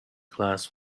class